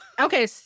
Okay